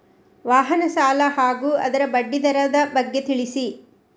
ವಾಹನ ಸಾಲ ಹಾಗೂ ಅದರ ಬಡ್ಡಿ ದರದ ಬಗ್ಗೆ ತಿಳಿಸಿ?